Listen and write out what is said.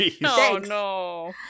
no